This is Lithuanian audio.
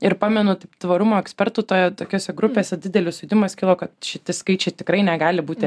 ir pamenu taip tvarumo ekspertų toje tokiose grupėse didelis sujudimas kilo kad šiti skaičiai tikrai negali būti